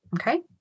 okay